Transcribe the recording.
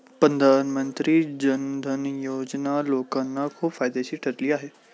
प्रधानमंत्री जन धन योजना लोकांना खूप फायदेशीर ठरली आहे